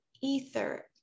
ether